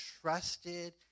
trusted